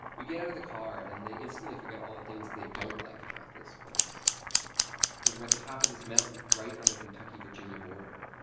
we get out of the car, and they instantly forget all the things they don't like about this place because we're at the top of this mountain right on the kentucky-virginia border.